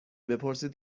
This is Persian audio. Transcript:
بپرسید